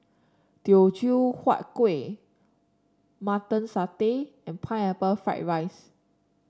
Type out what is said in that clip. Teochew Huat Kuih Mutton Satay and Pineapple Fried Rice